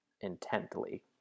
intently